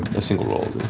a single roll,